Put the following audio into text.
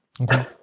okay